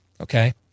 Okay